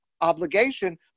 obligation